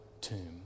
tomb